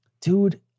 Dude